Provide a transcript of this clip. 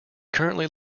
currently